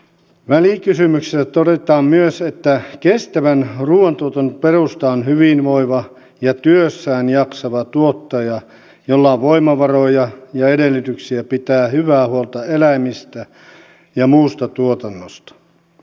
välikysymyksessä todetaan myös että kestävän ruuantuotannon perusta on hyvinvoiva ja työssään jaksava tuottaja jolla on voimavaroja ja edellytyksiä pitää hyvää huolta eläimistä ja muusta tuotannosta